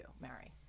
Mary